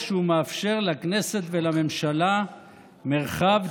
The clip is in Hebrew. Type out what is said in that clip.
מה, רק בגלל שהוא נגד הממשלה חוסמים אותו בווטסאפ?